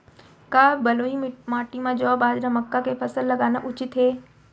का बलुई माटी म जौ, बाजरा, मक्का के फसल लगाना उचित हे?